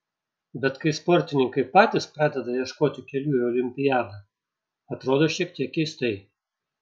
bet kai sportininkai patys pradeda ieškoti kelių į olimpiadą atrodo šiek tiek keistai